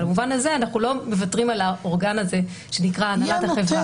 במובן הזה אנחנו לא מוותרים על האורגן הזה שנקרא הנהלת החברה.